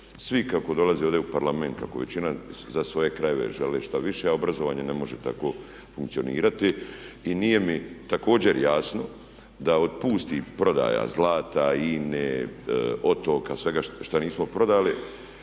svi kako dolaze ovdje u Parlament kako većina za svoje krajeve žele što više a obrazovanje ne može tako funkcionirati i nije mi također jasno da od pustih prodaja zlata, Ine, otoka, svega što nismo prodali